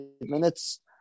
minutes